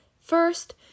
First